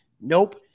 Nope